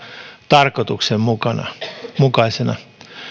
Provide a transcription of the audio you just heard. tarkoituksenmukaisena